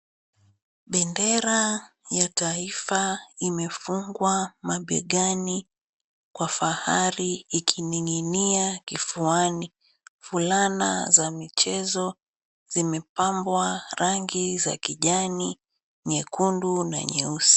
Bendera ya taifa imefungwa mabegani kwa fahari ikininginia kifuani. Fulana za michezo zimepambwa rangi za kijani, nyekundu na nyeusi.